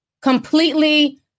Completely